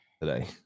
today